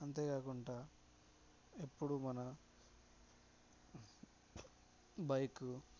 అంతేకాకుండా ఎప్పుడూ మన బైకు